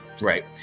Right